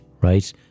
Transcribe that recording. right